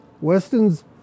Weston's